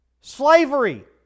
Slavery